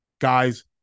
Guys